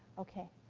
okay,